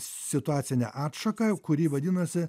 situacinę atšaką kuri vadinasi